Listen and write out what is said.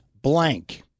Blank